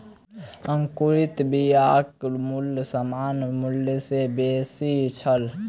अंकुरित बियाक मूल्य सामान्य मूल्य सॅ बेसी छल